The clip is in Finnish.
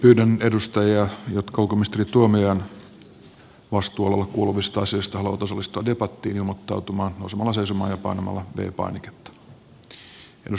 pyydän edustajia jotka ulkoministeri tuomiojan vastuualueelle kuuluvista asioista haluavat osallistua debattiin ilmoittautumaan nousemalla seisomaan ja painamalla v painiketta